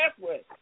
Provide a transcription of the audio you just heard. pathway